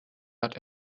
hat